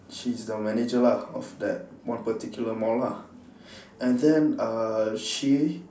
she's the manager lah of that one particular mall lah and then uh she